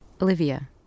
Olivia